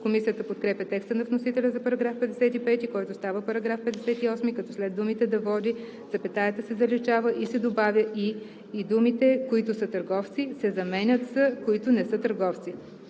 Комисията подкрепя текста на вносителя за § 55, който става § 58, като след думите „да води“ запетаята се заличава и се добавя „и“ и думите „които са търговци“ се заменят с „които не са търговци“.